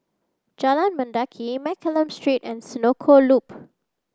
Jalan Mendaki Mccallum Street and Senoko Loop